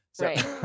Right